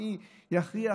אני אכריח,